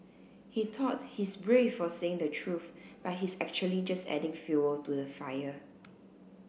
he thought he's brave for saying the truth but he's actually just adding fuel to the fire